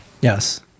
Yes